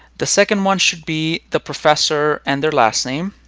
the second one should be the professor and their last name.